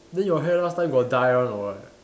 then your hair last time got dye one or what